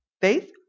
faith